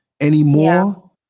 anymore